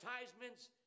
advertisements